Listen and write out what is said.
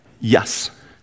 Yes